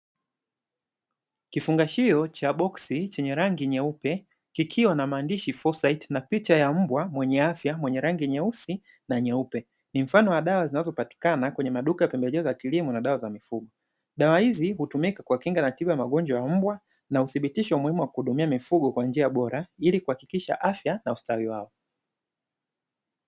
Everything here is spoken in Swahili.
Kifungashio cha boksi chenye rangi nyeupe kikiwa na maandishi "fosaiti" na picha ya mbwa mwenye afya, mwenye rangi nyeusi na nyeupe. Ni mfano wa dawa zinazopatikana kwenye maduka ya pembejeo za kilimo na dawa za mifugo. Dawa hizi hutumika kwa Kinga na tiba ya magonjwa ya mbwa na huthibitisha umuhimu wa kuhudumia mifugo kwa njia bora, ili kuhakikisha afya na ustawi wao.